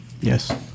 Yes